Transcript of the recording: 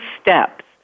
steps